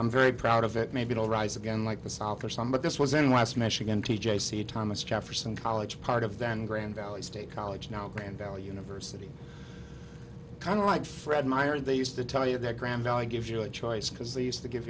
i'm very proud of it maybe will rise again like the south or some but this was in west michigan t j see thomas jefferson college part of then grand valley state college now grand valley university kind of like fred meyer they used to tell you that graham bell gives you a choice because they used to give